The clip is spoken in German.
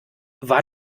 war